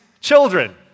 children